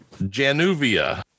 Januvia